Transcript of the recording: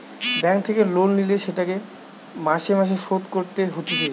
bank থেকে loan লিলে সেটিকে মাসে মাসে শোধ করতে হতিছে